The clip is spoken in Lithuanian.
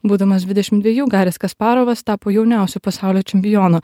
būdamas dvidešim dvejų garis kasparovas tapo jauniausiu pasaulio čempionu